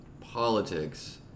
politics